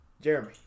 Jeremy